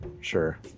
Sure